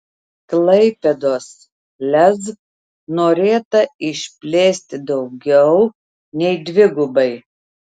klaipėdos lez norėta išplėsti daugiau nei dvigubai